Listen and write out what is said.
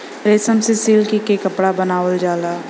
रेशम से सिल्क के कपड़ा बनावल जाला